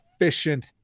efficient